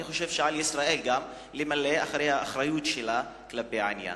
אני חושב שעל ישראל גם למלא אחרי האחריות שלה לעניין.